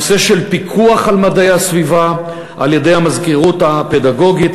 נושא של פיקוח על מדעי הסביבה על-ידי המזכירות הפדגוגית,